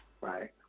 right